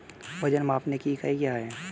वजन मापने की इकाई क्या है?